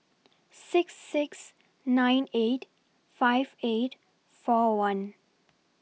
six six nine eight five eight four one